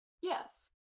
Yes